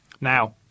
Now